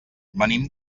venim